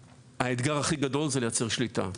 האתגר הכי גדול זה לייצר שליטה.